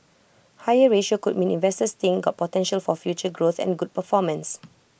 higher ratio could mean investors think got potential for future growth and good performance